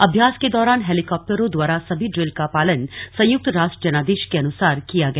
अभ्यास के दौरान हेलीकॉप्टरों द्वारा सभी ड्रिल का पालन संयुक्त राष्ट्र जनादेश के अनुसार किया गया